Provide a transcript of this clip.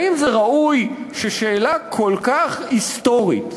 האם זה ראוי ששאלה כל כך היסטורית,